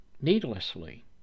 needlessly